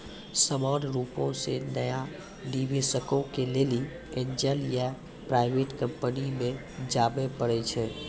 सामान्य रुपो से नया निबेशको के लेली एंजल या प्राइवेट कंपनी मे जाबे परै छै